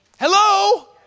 Hello